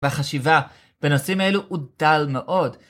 בחשיבה, בנושאים אלו הוא דל מאוד.